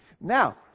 Now